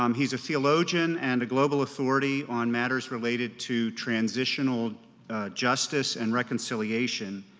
um he's a theologian and a global authority on matters related to transitional justice and reconciliation.